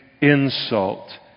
insult